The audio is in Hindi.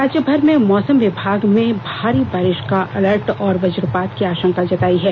राज्यभर में मौसम विभाग में भारी बारिश का अलर्ट और वजपात की आशंका जतायी है